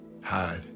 Hide